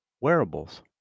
Wearables